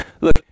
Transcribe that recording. Look